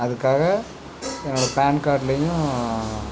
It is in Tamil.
அதுக்காக என்னோடய பேன் கார்ட்லையும்